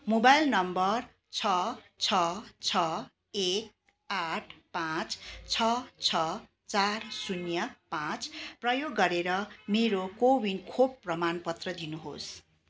mobile number छ छ छ एक आठ पाँच छ छ चार शून्य पाँच प्रयोग गरेर मेरो को विन खोप प्रमाणपत्र दिनुहोस्